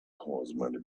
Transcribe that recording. horseman